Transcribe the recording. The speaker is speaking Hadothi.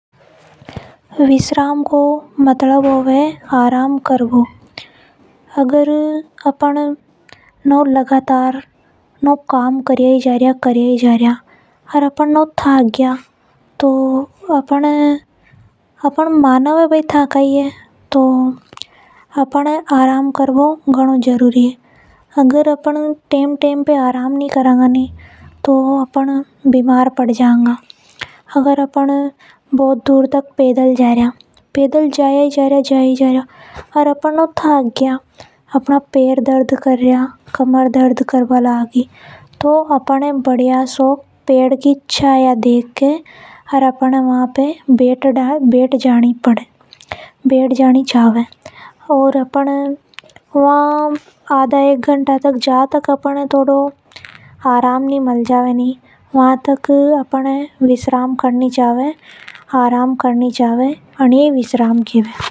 विश्राम को मतलब होवे है आराम कर बो। अपन नव लगातार काम किया ही जा रिया और अपन नव थक गया अपन मानव है बई ताका ही है। तो अपन न आराम कर बो घनों जरूरी है। अगर अपन टेम टैम पे आराम नि करेगा तो अपन बीमार पड़ जावा गा। अगर अपन कही पर पैदल ही जा रिया और ज्यादा ही थक गया पैर दर्द और कमर दर्द कर भा न लाग गई। तो अपन ये आराम कर लेनो चाहिए। जहां तक अपन ये आराम नि मिल जाबे वहां तक अपन न आराम करनी चाव। एनी है विश्राम केव है।